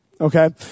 Okay